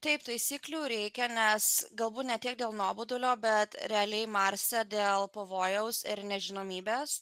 taip taisyklių reikia nes galbūt ne tiek dėl nuobodulio bet realiai marse dėl pavojaus ir nežinomybės